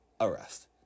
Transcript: arrest